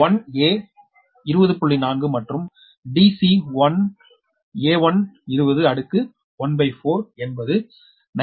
4 மற்றும் dc1a120 அடுக்கு 1 by 4 என்பது 19